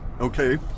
okay